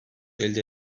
elde